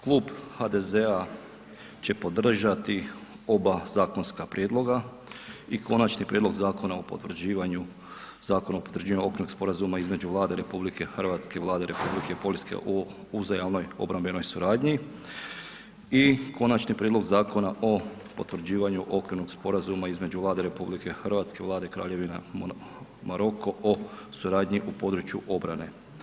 Klub HDZ-a će podržati oba zakonska prijedloga i Konačni prijedlog Zakona o potvrđivanju, Zakona o potvrđivanju Okvirnog sporazuma između Vlade RH i Vlade Republike Poljske o uzajamnoj obrambenoj suradnji i Konačni prijedlog Zakona o potvrđivanju okvirnog sporazuma između Vlade RH i Vlade Kraljevine Maroko o suradnji u području obrane.